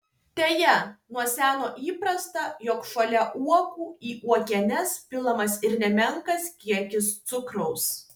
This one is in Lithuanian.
deja nuo seno įprasta jog šalia uogų į uogienes pilamas ir nemenkas kiekis cukraus